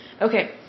Okay